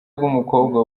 bw’umukobwa